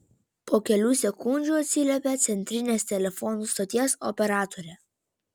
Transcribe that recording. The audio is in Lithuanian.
po kelių sekundžių atsiliepė centrinės telefonų stoties operatorė